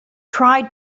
try